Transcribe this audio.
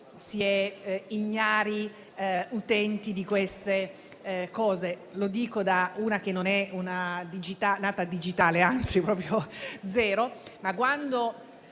si è ignari utenti di queste cose: lo dico da persona che non è nata digitale, anzi proprio il